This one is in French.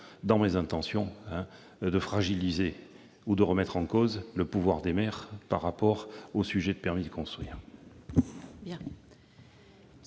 dans mes intentions de fragiliser ou de remettre en cause le pouvoir des maires en matière de permis de construire.